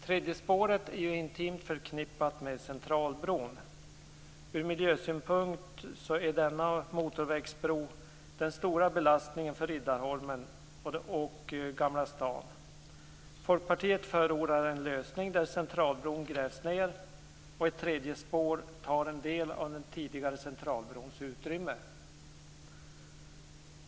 Tredje spåret är intimt förknippat med Centralbron. Ur miljösynpunkt är denna motorvägsbro den stora belastningen för Riddarholmen och Gamla stan. Folkpartiet förordar en lösning där Centralbron grävs ned och ett tredje spår tar en del av den tidigare Centralbrons utrymme.